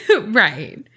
Right